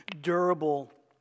durable